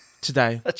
today